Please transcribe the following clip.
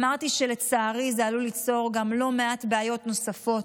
אמרתי שלצערי זה עלול ליצור גם לא מעט בעיות נוספות,